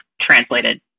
translated